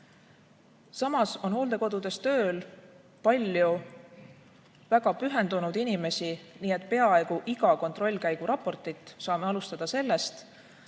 Samas on hooldekodudes tööl palju väga pühendunud inimesi, nii et peaaegu iga kontrollkäigu raportit saame alustada sellest,